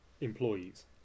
employees